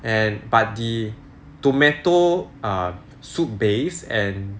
and but the tomato err soup base and